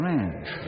Ranch